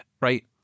right